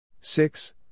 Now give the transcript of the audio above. Six